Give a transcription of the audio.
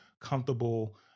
comfortable